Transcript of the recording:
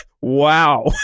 wow